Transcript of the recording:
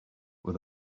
with